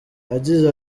yagize